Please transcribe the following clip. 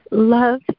Love